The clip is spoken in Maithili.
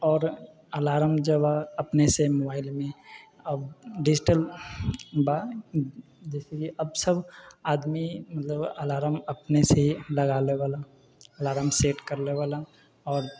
आओर अलार्म जब अपनेसँ मोबाइलमे डिजिटल बा जइसेकि अब सब आदमी अलार्म अपनेसँ लगा लेबैला अलार्म सेट करि लेबैला आओर